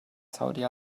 saudi